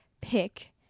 pick